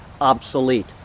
obsolete